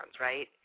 right